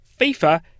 FIFA